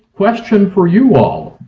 question for you all,